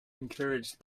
encouraged